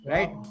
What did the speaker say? Right